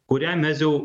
kurią mes jau